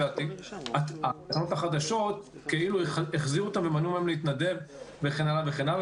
והתקנות החדשות כאילו החזירו או מנעו מהם להתנדב וכן הלאה.